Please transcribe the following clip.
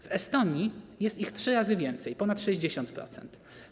W Estonii jest ich trzy razy więcej, ponad 60%.